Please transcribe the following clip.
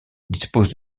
dispose